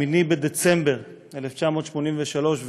ב-8 בדצמבר 1983,